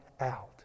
out